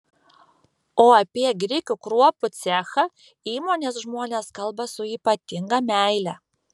o apie grikių kruopų cechą įmonės žmonės kalba su ypatinga meile